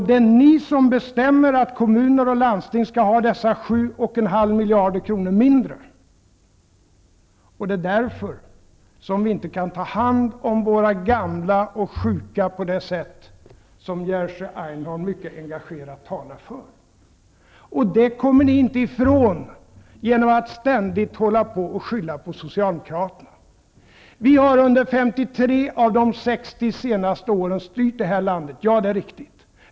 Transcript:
Det är ni som bestämmer att kommuner och landsting skall ha dessa 7,5 miljarder kronor mindre. Det är därför som vi inte kan ta hand om våra gamla och sjuka på det sätt som Jerzy Einhorn mycket engagerat talar för. Det kommer ni inte ifrån genom att ständigt skylla på Vi socialdemokrater har under 53 av de 60 senaste åren styrt det här landet -- det är riktigt.